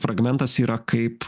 fragmentas yra kaip